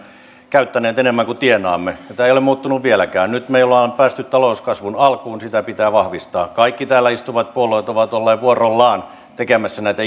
käyttäneet enemmän kuin tienaamme tämä ei ole muuttunut vieläkään nyt meillä on on päästy talouskasvun alkuun sitä pitää vahvistaa kaikki täällä istuvat puolueet ovat olleet vuorollaan tekemässä näitä